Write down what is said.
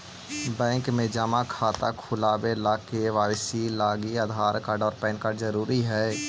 bank में जमा खाता खुलावे ला के.वाइ.सी लागी आधार कार्ड और पैन कार्ड ज़रूरी हई